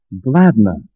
gladness